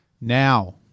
Now